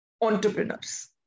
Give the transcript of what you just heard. entrepreneurs